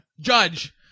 Judge